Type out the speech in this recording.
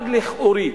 אחד, לכאורי,